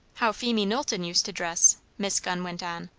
how phemie knowlton used to dress! miss gunn went on,